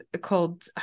called